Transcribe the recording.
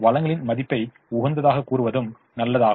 வளங்களின் மதிப்பை உகந்ததாகக் கூறுவதும் நல்லதாகும்